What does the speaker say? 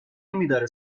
نمیداره